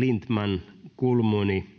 lindtman kulmuni